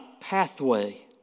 pathway